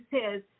says